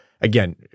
again